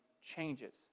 changes